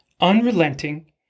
unrelenting